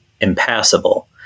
impassable